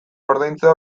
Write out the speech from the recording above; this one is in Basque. ordaintzea